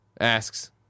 asks